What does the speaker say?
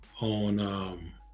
on